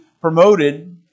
promoted